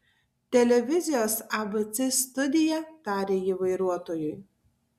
televizijos abc studija tarė ji vairuotojui